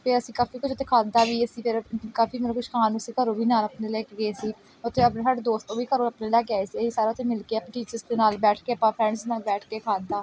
ਫਿਰ ਅਸੀਂ ਕਾਫੀ ਕੁਛ ਉੱਥੇ ਖਾਧਾ ਵੀ ਅਸੀਂ ਫਿਰ ਕਾਫੀ ਮਤਲਬ ਕੁਛ ਖਾਣਾ ਨੂੰ ਅਸੀਂ ਘਰੋਂ ਵੀ ਨਾਲ ਆਪਣੇ ਲੈ ਕੇ ਗਏ ਸੀ ਉੱਥੇ ਆਪਣੇ ਸਾਡੇ ਦੋਸਤੋਂ ਵੀ ਘਰੋਂ ਆਪਣੇ ਲੈ ਕੇ ਆਏ ਸੀ ਇਹ ਸਾਰਾ ਉੱਥੇ ਮਿਲ ਕੇ ਆਪਣੇ ਟੀਚਰਸ ਦੇ ਨਾਲ ਬੈਠ ਕੇ ਆਪਾਂ ਫਰੈਂਡਸ ਨਾਲ ਬੈਠ ਕੇ ਖਾਧਾ